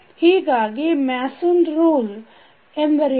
ಹೀಗಾಗಿ Mason rule Mason's Ruleಎಂದರೇನು